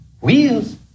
Wheels